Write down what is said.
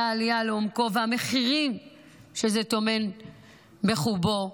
העלייה לעומקו והמחירים שזה טומן בחובו,